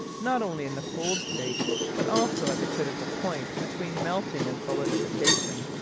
not only in the cold state but also at the critical point between melting and solidification,